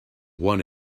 one